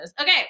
Okay